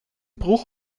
bruch